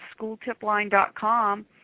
schooltipline.com